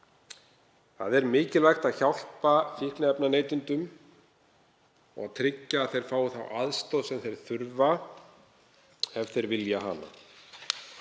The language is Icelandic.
Það er mikilvægt að hjálpa fíkniefnaneytendum og tryggja að þeir fái þá aðstoð sem þeir þurfa ef þeir vilja hana.